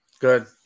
Good